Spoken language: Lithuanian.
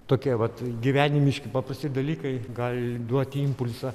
tokie vat gyvenimiški paprasti dalykai gali duoti impulsą